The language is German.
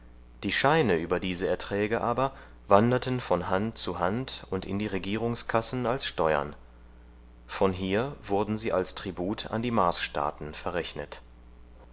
die scheine über diese erträge aber wanderten von hand zu hand und in die regierungskassen als steuern von hier wurden sie als tribut an die marsstaaten verrechnet